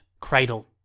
Cradle